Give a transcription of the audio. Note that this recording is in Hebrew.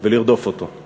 ולרדוף אותו.